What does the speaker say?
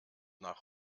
nach